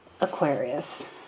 Aquarius